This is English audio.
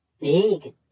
Big